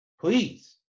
please